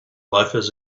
loafers